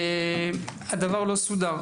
והדבר לא סודר.